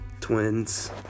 Twins